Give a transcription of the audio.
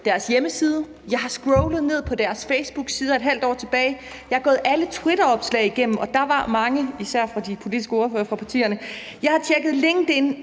hjemmesider; jeg har scrollet ned på deres facebooksider et halvt år tilbage; jeg er gået alle twitteropslag igennem, og der var mange især fra de politiske ordførere for partierne; jeg har tjekket LinkedIn